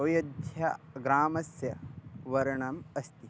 अयोध्याग्रामस्य वर्णननम् अस्ति